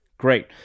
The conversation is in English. Great